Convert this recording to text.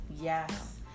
Yes